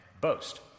Boast